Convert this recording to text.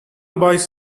boys